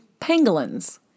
pangolins